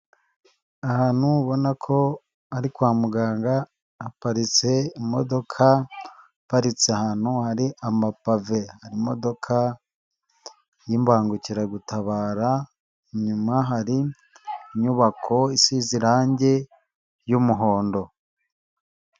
Ahantu ubona ko ari kwa muganga haparitse imodoka iparitse ahantu hari amapave, imodoka y'imbangukiragutabara, inyuma hari inyubako isize irange ry'umuhondo.